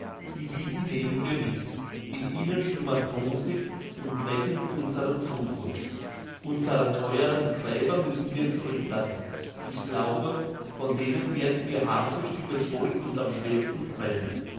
die wiegen nehmen wir mit in ihnen schlummert rosig und lächelnd unsere zukunft unsere theueren gräber müssen wir zurücklassen ich glaube von denen werden wir habsüchtiges volk uns am schwersten trennen